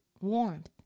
warmth